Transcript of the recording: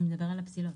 זה מדבר על הפסילות.